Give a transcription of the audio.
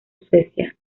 suecia